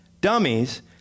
Dummies